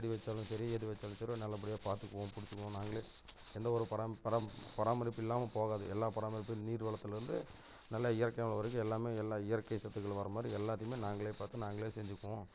செடி வச்சலும் சரி எது வச்சாலும் சரி நல்லபடியாக பார்த்துக்குவோம் கொடுத்துக்குவோம் நாங்களே எந்த ஒரு பராம் பர பராமரிப்பு இல்லாமல் போகாது எல்லா பராமரிப்பும் நீர் வளத்துலேருந்து நல்ல இயற்கையான வரைக்கும் எல்லாமே எல்லா இயற்கை சத்துக்கள் வரமாதிரி எல்லாத்தேயுமே நாங்களே பார்த்து நாங்களே செஞ்சுப்போம்